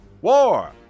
War